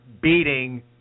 beating